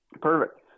Perfect